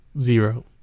Zero